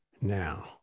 now